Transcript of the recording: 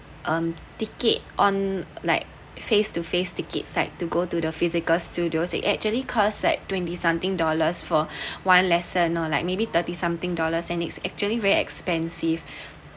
um ticket on like face to face tickets right to go to the physical studios it actually cause like twenty something dollars for one lesson or like maybe thirty something dollars and it's actually very expensive